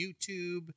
YouTube